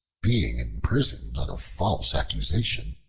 being imprisoned on a false accusation,